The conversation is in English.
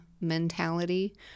mentality